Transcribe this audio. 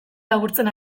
laburtzen